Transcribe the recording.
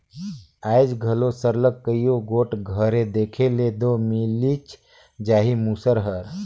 आएज घलो सरलग कइयो गोट घरे देखे ले दो मिलिच जाही मूसर हर